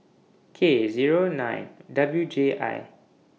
K Zero nine W J I